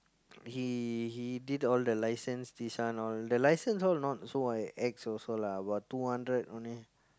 he he did all the license this one all the license all not so ex also lah about two hundred only